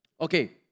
Okay